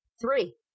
Three